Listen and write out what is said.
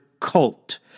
cult